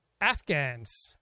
Afghans